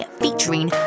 featuring